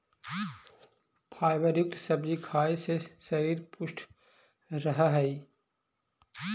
fibre युक्त सब्जी खाए से शरीर पुष्ट रहऽ हइ